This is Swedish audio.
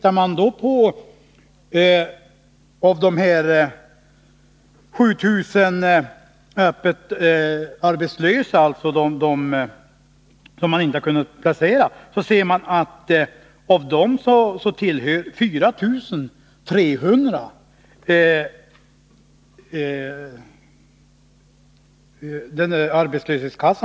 Av de 7 000 öppet arbetslösa, alltså dem som man inte kunnat placera, tillhör 4 300 arbetslöshetskassa.